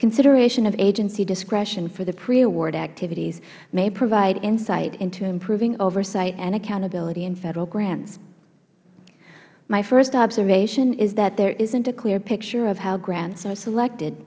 consideration of agency discretion for the pre award activities may provide insight into improving oversight and accountability in federal grants my first observation is that there isnt a clear picture of how